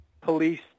Police